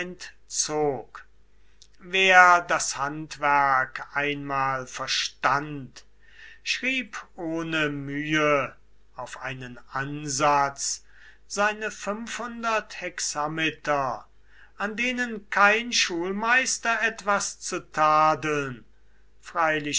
wer das handwerk einmal verstand schrieb ohne mühe auf einen ansatz seine fünfhundert hexameter an denen kein schulmeister etwas zu tadeln